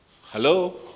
Hello